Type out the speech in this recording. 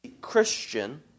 Christian